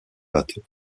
bateaux